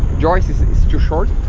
joists is too short.